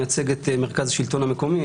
אני מייצג את מרכז השלטון המקומי.